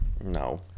No